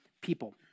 people